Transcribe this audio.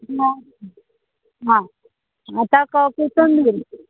ना ना आतां कॉफीसून घेव